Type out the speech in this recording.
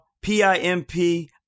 P-I-M-P